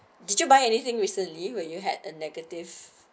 did you buy anything recently when you had a negative